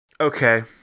Okay